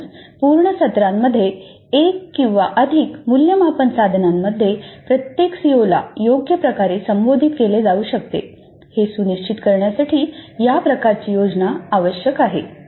म्हणूनच पूर्ण सत्रामध्ये एक किंवा अधिक मूल्यमापन साधनांमध्ये प्रत्येक सीओला योग्य प्रकारे संबोधित केले जाऊ शकते हे सुनिश्चित करण्यासाठी या प्रकारची योजना आवश्यक आहे